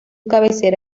cabecera